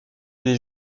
des